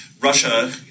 Russia